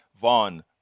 vaughn